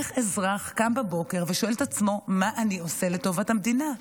איך אזרח קם בבוקר ושואל את עצמו: מה אני עושה לטובת המדינה?